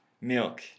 Milk